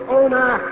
owner